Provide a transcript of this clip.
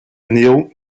ernährung